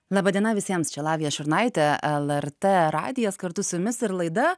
laba diena visiems čia lavija šurnaitė lrt radijas kartu su jumis ir laida